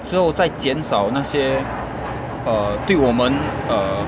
之后在减少那些 err 对我们 err